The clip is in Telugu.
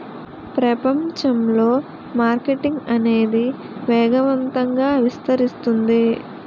ప్రపంచంలో మార్కెటింగ్ అనేది వేగవంతంగా విస్తరిస్తుంది